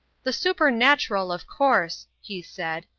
the supernatural, of course, he said,